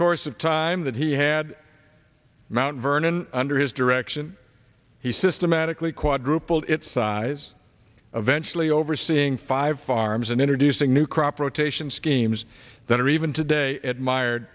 course of time that he had mt vernon under his direction he systematically quadrupled its size of eventually overseeing five farms and introducing new crop rotation schemes that are even today admired